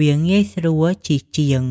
វាងាយស្រួលជិះជាង។